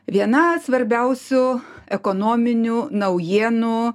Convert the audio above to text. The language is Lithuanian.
viena svarbiausių ekonominių naujienų